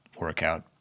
workout